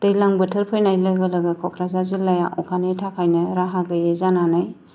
दैज्लां बोथोर फैनाय लोगो लोगो क'क्राझार जिल्लाया अखानि थाखायनो राहा गोयै जानानै